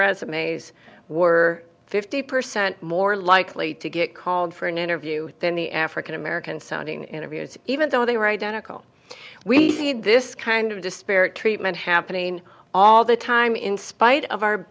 resumes were fifty percent more likely to get called for an interview than the african american sounding interviews even though they were identical we need this kind of disparate treatment happening all the time in spite of our